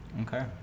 Okay